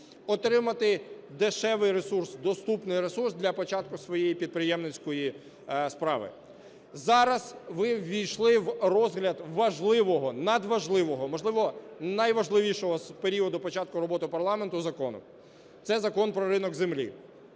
отримати дешевий ресурс, доступний ресурс для початку своєї підприємницької справи. Зараз ви ввійшли в розгляд важливого, надважливого, можливо, найважливішого з періоду початку роботи парламенту закону – це Закон про ринок землі.